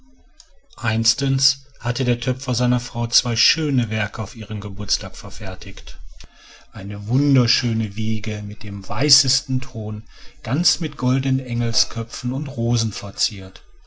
einstens hatte der töpfer seiner frau zwei schöne werke auf ihrem geburtstag verfertigt eine wunderschöne wiege von dem weißesten ton ganz mit goldenen engelsköpfen und rosen verziert